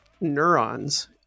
neurons